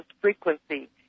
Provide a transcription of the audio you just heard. frequency